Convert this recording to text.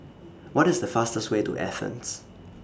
What IS The fastest Way to Athens